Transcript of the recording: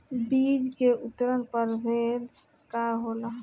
बीज के उन्नत प्रभेद का होला?